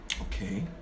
okay